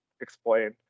explain